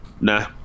Nah